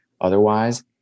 otherwise